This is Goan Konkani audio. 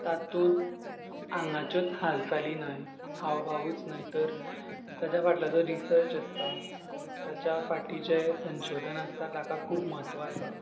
तातूंत आंगाच्योंत हालचाली न्हय हावभावूच न्हय तर ताच्या फाटल्या जो रिसर्च आसता ताच्या फाटीं जें संशोधन आसता ताका खूब म्हत्व आसा